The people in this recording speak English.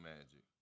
Magic